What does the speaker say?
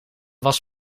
was